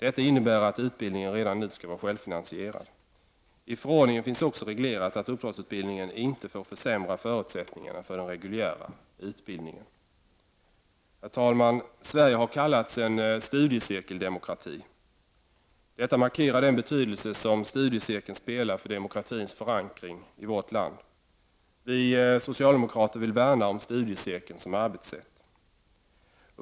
Detta innebär att utbildningen redan nu skall vara självfinansierad. I förordningen finns också reglerat att uppdragsutbildningen inte får försämra förutsättningarna för den reguljära utbildningen. Herr talman! Sverige har kallats en studiecirkeldemokrati. Detta markerar den betydelse som studiecirkeln spelar för demokratins förankring i vårt land. Vi socialdemokrater vill värna om studiecirkeln som arbetssätt.